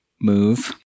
move